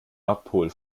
nordpol